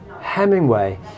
Hemingway